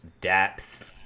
depth